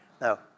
no